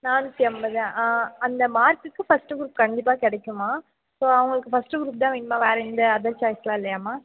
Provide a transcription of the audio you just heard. நானூற்றி ஐம்பதா அந்த மார்க்குக்கு ஃபஸ்ட்டு க்ரூப் கண்டிப்பாக கிடைக்கும்மா ஸோ அவர்களுக்கு ஃபஸ்ட்டு க்ரூப் தான் வேணுமா வேறு எந்த அதர் சாய்ஸெலாம் இல்லையாமா